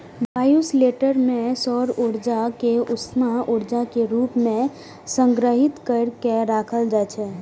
bioshelter मे सौर ऊर्जा कें उष्मा ऊर्जा के रूप मे संग्रहीत कैर के राखल जाइ छै